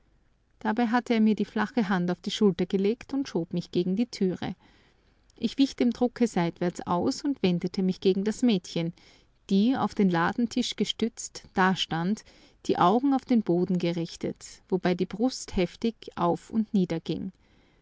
dabei hatte er mir die flache hand auf die schulter gelegt und schob mich gegen die türe ich wich dem drucke seitwärts aus und wendete mich gegen das mädchen die auf den ladentisch gestützt dastand die augen auf den boden gerichtet wobei die brust heftig auf und